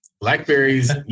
Blackberries